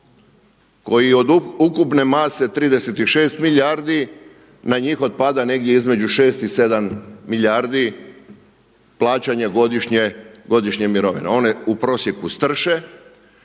koje od ukupne mase 36 milijardi na njih otpada negdje između 6 i 7 milijardi plaćanja godišnje mirovine. One u prosjeku strše,